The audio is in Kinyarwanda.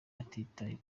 atitaye